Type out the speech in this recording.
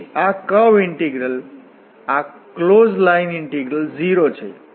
તેથી આ curve integral આ ક્લોસ્ડ લાઇન ઇન્ટીગ્રલ 0 છે